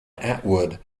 atwood